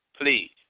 Please